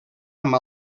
amb